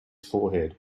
forehead